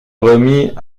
remit